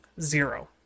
zero